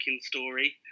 story